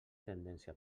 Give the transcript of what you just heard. tendència